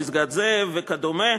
פסגת-זאב וכדומה.